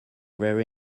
very